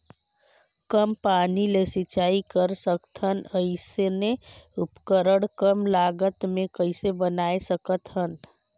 कम पानी ले सिंचाई कर सकथन अइसने उपकरण कम लागत मे कइसे बनाय सकत हन?